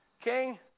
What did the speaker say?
king